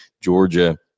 Georgia